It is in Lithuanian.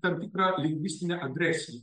tam tikrą lingvistinę agresiją